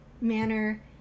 manner